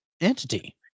entity